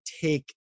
take